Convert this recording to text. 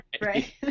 Right